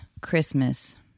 christmas